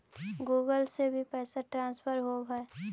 Google से भी पैसा ट्रांसफर होवहै?